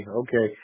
okay